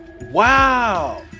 Wow